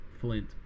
Flint